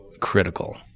critical